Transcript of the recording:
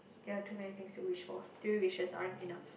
there are too many things to wish for three wishes aren't enough